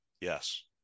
Yes